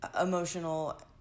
emotional